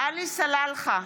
עלי סלאלחה,